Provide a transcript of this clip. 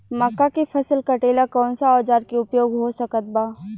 मक्का के फसल कटेला कौन सा औजार के उपयोग हो सकत बा?